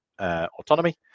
autonomy